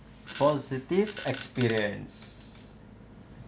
positive experience